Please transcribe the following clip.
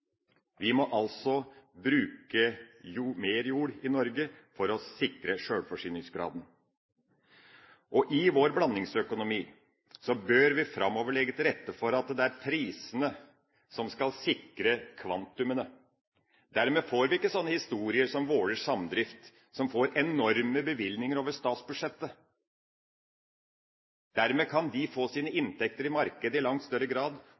Vi må altså bruke mer jord i Norge for å sikre sjølforsyningsgraden. I vår blandingsøkonomi bør vi framover legge til rette for at det er prisene som skal sikre kvantaene. Dermed får vi ikke sånne historier som Vaaler Samdrift, som får enorme bevilgninger over statsbudsjettet. Dermed kan de i langt større grad